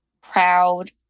proud